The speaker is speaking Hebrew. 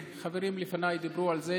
וחברים לפניי דיברו על זה,